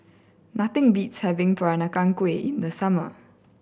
nothing beats having Peranakan Kueh in the summer